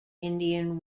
indian